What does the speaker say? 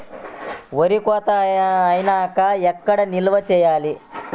వరి కోత అయినాక ఎక్కడ నిల్వ చేయాలి?